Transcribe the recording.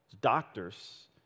doctors